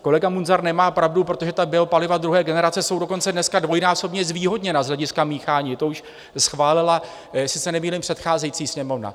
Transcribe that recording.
Kolega Munzar nemá pravdu, protože biopaliva druhé generace jsou dokonce dneska dvojnásobně zvýhodněna z hlediska míchání, to už schválila, jestli se nemýlím, předcházející Sněmovna.